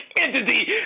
entity